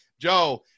Joe